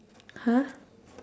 !huh!